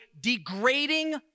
degrading